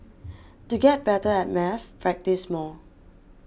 to get better at maths practise more